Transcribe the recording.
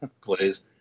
plays